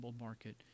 market